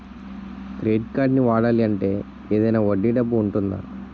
Credit కార్డ్ని వాడాలి అంటే ఏదైనా వడ్డీ డబ్బు ఉంటుందా?